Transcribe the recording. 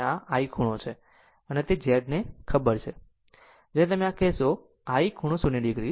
આમ આ i ખૂણો છે અને તે Zને ખબર આવે છે જેને તમે આ કહેશો i ખૂણો 0 o